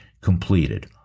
completed